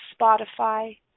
Spotify